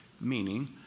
Meaning